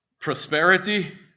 prosperity